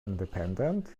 independent